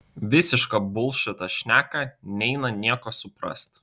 visišką bulšitą šneka neina nieko suprast